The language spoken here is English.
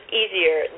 easier